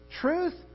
truth